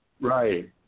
right